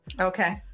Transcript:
Okay